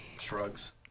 Shrugs